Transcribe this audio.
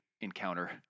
encounter